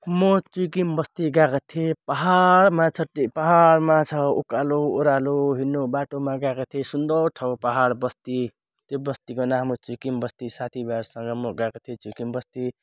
म चुइकिम बस्ती गएको थिएँ पहाडमा छ त्यो पहाडमा छ उकालो ओह्रालो हिँड्नु बाटोमा गएको थिएँ सुन्दर ठाउँ पहाड बस्ती त्यो बस्तीको नाम हो चुइकिम बस्ती साथी भाइहरूसँग म गएको थिएँ चुइकिम बस्ती